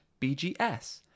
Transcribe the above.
BGS